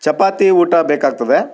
ಚಪಾತಿ ಊಟ ಬೇಕಾಗುತ್ತದೆ